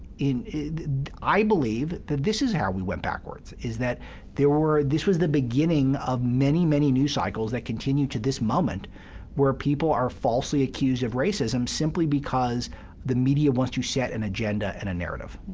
i believe that this is how we went backwards, is that there were this was the beginning of many, many news cycles that continue to this moment where people are falsely accused of racism simply because the media wants to set an agenda and a narrative.